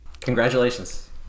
Congratulations